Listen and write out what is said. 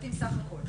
בסך הכול.